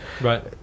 right